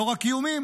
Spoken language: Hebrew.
לא רק איומים,